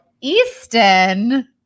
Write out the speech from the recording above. Easton